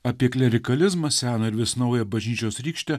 apie klerikalizmą seną ir vis naują bažnyčios rykštė